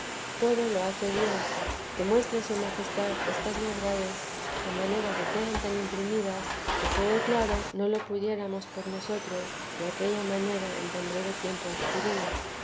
todo lo hace dios que muestra su majestad estas verdades de manera que quedan tan imprimidas que se ve claro no lo pudiéramos por nosotros de aquella manera en tan breve tiempo adquirir